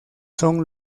son